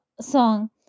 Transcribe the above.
song